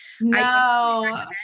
No